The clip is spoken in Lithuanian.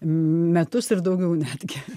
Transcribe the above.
metus ir daugiau netgi